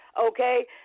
okay